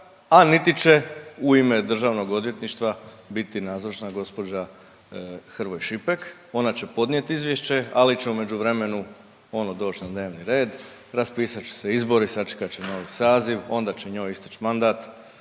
a niti će u ime DORH-a biti nazočna gđa Hrvoj Šipek, ona će podnijeti izvješće, ali će u međuvremenu ono doći na dnevni red, raspisat će se izbori, sačekat će novi saziv, onda će njoj isteći mandat,